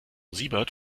siebert